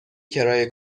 کرایه